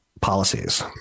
policies